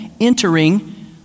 entering